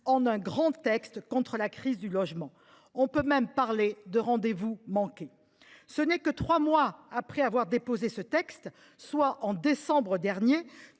en un grand texte contre la crise du logement. On peut même parler de rendez vous manqué. Ce n’est que trois mois après avoir déposé ce texte, en décembre dernier,